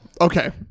okay